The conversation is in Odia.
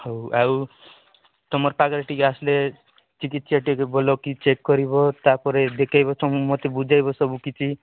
ହଉ ଆଉ ତିମର ପାଗରେ ଟିକେ ଆସିଲେ ଚିକିତ୍ସା ଟିକେ ଭଲ କି ଚେକ୍ କରିବ ତାପରେ ଦେଖେଇବ ତୁମେ ମୋତେ ବୁଝେଇବ ସବୁ କିଛି